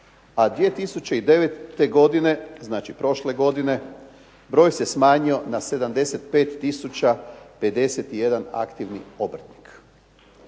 a 2009. godine znači prošle godine broj se smanjio na 75 tisuća 51 aktivni obrtnik.